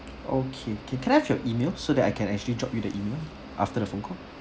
okay can can I have your email so that I can actually drop you the email after the phone call